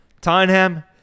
Tottenham